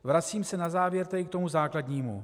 Vracím se na závěr tedy k tomu základnímu.